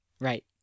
Right